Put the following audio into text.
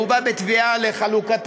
הוא בא בתביעה לחלוקה